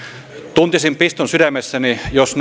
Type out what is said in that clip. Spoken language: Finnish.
tuntisin piston sydämessäni jos